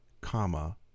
comma